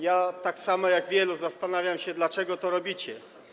Ja, tak samo jak wielu, zastanawiam się, dlaczego to robicie.